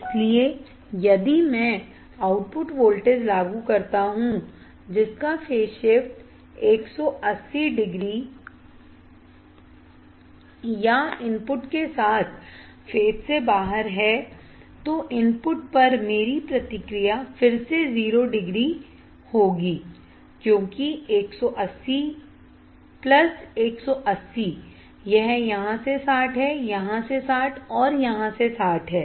इसलिए यदि मैं आउटपुट वोल्टेज लागू करता हूं जिसका फेज शिफ्ट 180 डिग्री या इनपुट के साथ फेज से बाहर है तो इनपुट पर मेरी प्रतिक्रिया फिर से 0 डिग्री होगी क्योंकि 180 प्लस 180 यह यहां से 60 है यहां से 60 यहां से 60 है